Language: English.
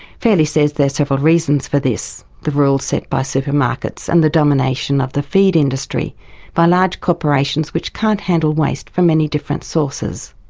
fairlie says there are several reasons for this the rules set by supermarkets and the domination of the feed industry by large corporations which can't handle waste from many different sources.